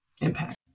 impact